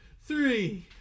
Three